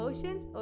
Oceans